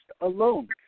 alone